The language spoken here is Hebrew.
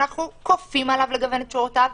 אנחנו כופים עליו לגוון את שורותיו.